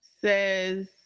says